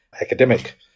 academic